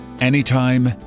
anytime